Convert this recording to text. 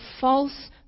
false